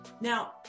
Now